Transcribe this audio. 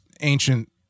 ancient